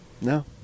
No